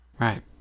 Right